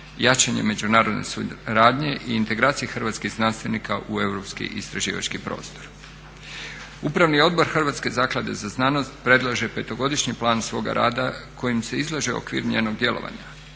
jačanje međunarodne suradnje i integracije hrvatskih znanstvenika u europski istraživački prostor. Upravni odbor Hrvatske zaklade za znanost predlaže petogodišnji plan svoga rada kojim se izlaže okvir njenog djelovanja.